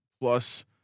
plus